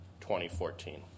2014